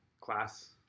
class